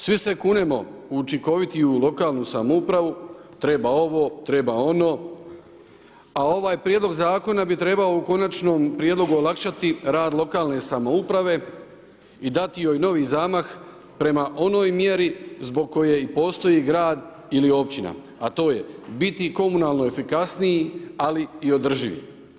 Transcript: Svi se kunemo u učinkovitiju lokalnu samoupravu, treba ovo, treba ono a ovaj prijedlog zakon bi trebao u konačnom prijedlogu olakšati rad lokalne samouprave i dati joj novi zamah prema onoj mjeri zbog koje i postoji grad ili općina a to je biti komunalno efikasniji ali i održiv.